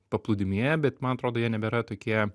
paplūdimyje bet man atrodo jie nebėra tokie